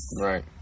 Right